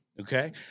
Okay